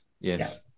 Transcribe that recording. Yes